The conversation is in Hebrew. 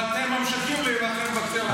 ואתם ממשיכים להילחם בציונות,